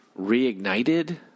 reignited